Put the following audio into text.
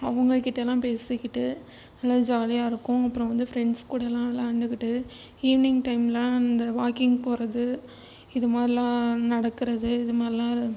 அவங்கக்கிட்டலாம் பேசிக்கிட்டு நல்லா ஜாலியா இருக்கும் அப்புறம் வந்து ஃப்ரெண்ட்ஸ் கூடலாம் விளாண்டுக்கிட்டு ஈவினிங் டைம்லாம் அந்த வாக்கிங் போகிறது இது மாதிரிலாம் நடக்கிறது இது மாதிரிலாம்